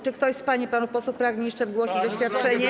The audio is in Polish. Czy ktoś z pań i panów posłów pragnie jeszcze wygłosić oświadczenie?